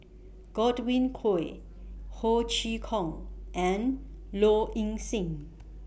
Godwin Koay Ho Chee Kong and Low Ing Sing